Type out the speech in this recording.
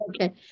Okay